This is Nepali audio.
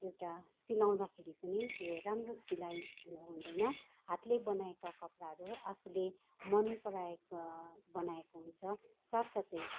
एउटा सिलाउँदाखेरि पनि त्यो राम्रो सिलाएको हुँदैन हातले बनाएका कपडाहरू आफूले मन पराएको बनाएको हुन्छ साथसाथै